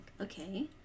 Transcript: okay